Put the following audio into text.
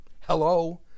Hello